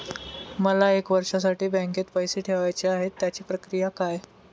मला एक वर्षासाठी बँकेत पैसे ठेवायचे आहेत त्याची प्रक्रिया काय?